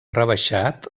rebaixat